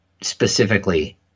specifically